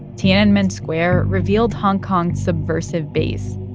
tiananmen square revealed hong kong's subversive base.